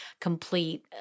complete